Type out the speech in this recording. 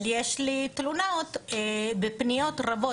אבל יש לי תלונות ופניות רבות,